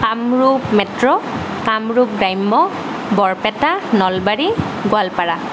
Kamrup metro Kamrup গ্ৰাম্য বৰপেটা নলবাৰী গোৱালপাৰা